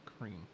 cream